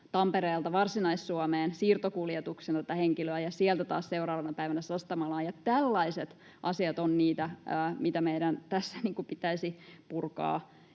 Tampereelta Varsinais-Suomeen siirtokuljetuksena tätä henkilöä, ja sieltä taas seuraavana päivänä Sastamalaan. Tällaiset asiat ovat niitä, mitä meidän tässä pitäisi purkaa,